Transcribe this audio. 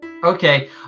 Okay